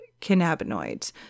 cannabinoids